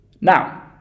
now